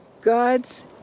God's